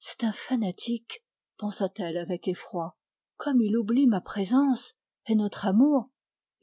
c'est un fanatique pensa-t-elle avec effroi comme il oublie ma présence et notre amour